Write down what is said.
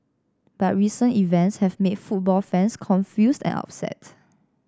but recent events have made football fans confused and upset